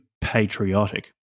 patriotic